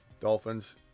Dolphins